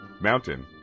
mountain